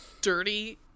dirty